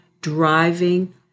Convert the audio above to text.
driving